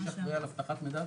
מי שאחראי על אבטחת מידע,